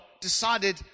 decided